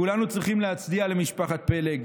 כולנו צריכים להצדיע למשפחת פלג,